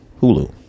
Hulu